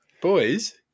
Boys